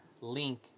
Link